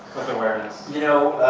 with awareness? you know